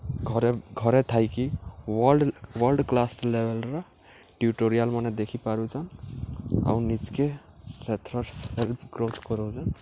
ଘରେ ଘରେ ଥାଇକି ୱାର୍ଲ୍ଡ ୱାର୍ଲ୍ଡ କ୍ଲାସ୍ ଲେଭେଲ୍ର ଟ୍ୟୁଟୋରିଆଲ୍ମାନେ ଦେଖିପାରୁଚନ୍ ଆଉ ନିଜ୍କେ ସେଥରର୍ ସେଲ୍ପ ଗ୍ରୋଥ୍ କରଉଚନ୍